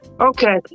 Okay